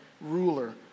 ruler